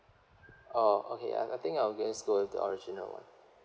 oh okay I I think I'll just go with the original one